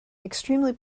extremely